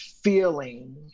feeling